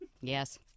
Yes